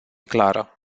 clară